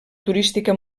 turística